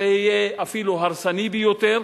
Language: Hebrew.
זה יהיה אפילו הרסני ביותר.